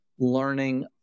learning